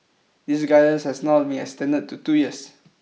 this guidance has now been extended to two years